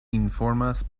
informas